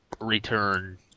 return